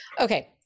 Okay